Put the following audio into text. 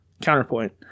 Counterpoint